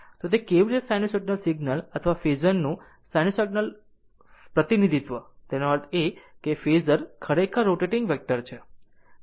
આ તે કેવી રીતે સાઈનુસાઇડલ સિગ્નલ ફેઝરનું સાઈનુસાઇડલ પ્રતિનિધિત્વ તેનો અર્થ એ કે ફેઝર ખરેખર રોટેટીંગ વેક્ટર છે